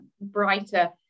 brighter